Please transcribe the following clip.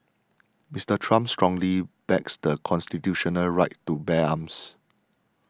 Mister Trump strongly backs the constitutional right to bear arms